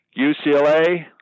UCLA